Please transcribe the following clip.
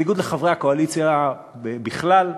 בניגוד לחברי הקואליציה בכלל,